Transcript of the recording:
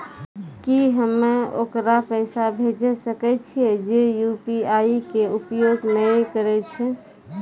की हम्मय ओकरा पैसा भेजै सकय छियै जे यु.पी.आई के उपयोग नए करे छै?